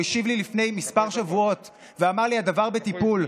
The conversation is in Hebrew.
הוא השיב לי לפני כמה שבועות ואמר לי שהדבר בטיפול.